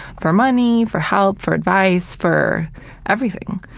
for money, for help, for advice, for everything.